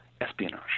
espionage